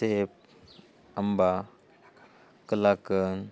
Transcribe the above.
सेब आंबा कलाकंद